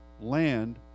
land